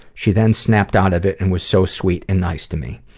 she then snapped out of it and was so sweet and nice to me.